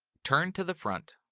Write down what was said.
turn to the front.